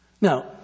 Now